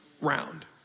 round